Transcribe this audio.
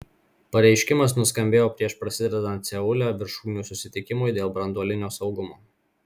pareiškimas nuskambėjo prieš prasidedant seule viršūnių susitikimui dėl branduolinio saugumo